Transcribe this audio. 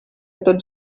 tots